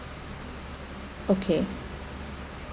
okay